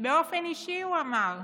באופן אישי, הוא אמר.